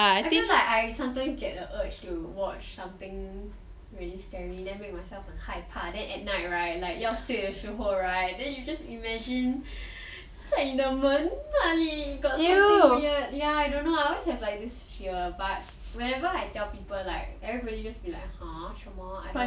I feel like I sometimes get the urge to watch something really scary then make myself 很害怕 then at night right like 要睡的时候:yao shui deshi hou right then you just imagine 在你的门那里 got something weird ya I don't know lah I always have like this fear but whenever I tell people like everybody just be like !huh! 什么 I don't understand